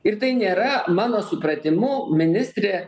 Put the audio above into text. ir tai nėra mano supratimu ministrė